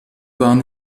waren